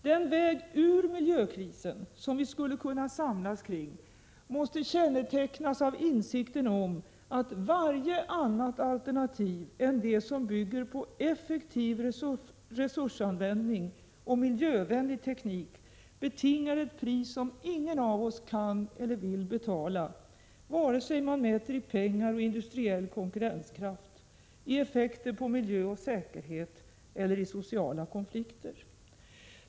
Den väg ut ur miljökrisen som vi skulle kunna samlas kring måste kännetecknas av insikten om att varje annat alternativ än det som bygger på effektiv resursanvändning och miljövänlig teknik betingar ett pris som ingen av oss kan eller vill betala — vare sig man mäter i pengar och industriell konkurrenskraft, i effekter på miljö och säkerhet eller i sociala konflikter.